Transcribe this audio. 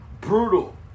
brutal